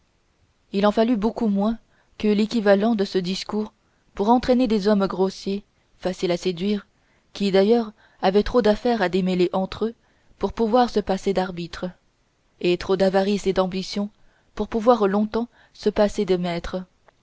il en fallut beaucoup moins que l'équivalent de ce discours pour entraîner des hommes grossiers faciles à séduire qui d'ailleurs avaient trop d'affaires à démêler entre eux pour pouvoir se passer d'arbitres et trop d'avarice et d'ambition pour pouvoir longtemps se passer de maîtres